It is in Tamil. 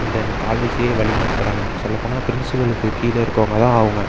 இந்த காலேஜியே வழி நடத்துகிறாங்க சொல்ல போனால் பிரின்சிபலுக்கு கீழே இருக்கவங்க தான் அவங்க